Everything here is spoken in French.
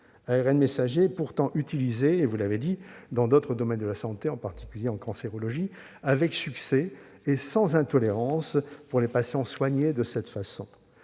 ARN messager, biotechnologie pourtant utilisée dans d'autres domaines de la santé, en particulier en cancérologie, avec succès et sans intolérance pour les patients soignés de cette façon.